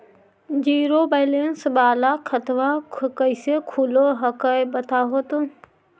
Zero balance वाला खतवा कैसे खुलो हकाई बताहो तो?